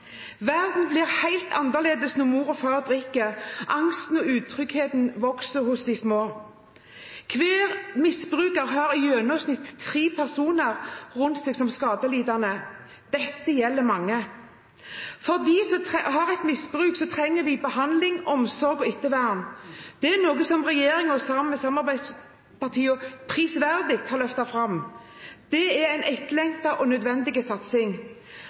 Verden blir helt annerledes når mor og far drikker. Angsten og utryggheten vokser hos de små. Hver misbruker har i gjennomsnitt tre personer rundt seg som blir skadelidende. Dette gjelder mange. De som har et misbruk, trenger behandling, omsorg og ettervern. Dette er noe som regjeringen, sammen med samarbeidspartiene, prisverdig har løftet fram. Det er en etterlengtet og nødvendig satsing.